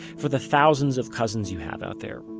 for the thousands of cousins you have out there.